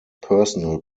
personal